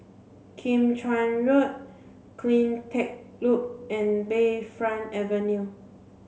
Kim Chuan Road CleanTech Loop and Bayfront Avenue